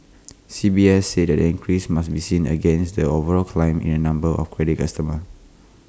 C B S said the increase must be seen against the overall climb in the number of credit customers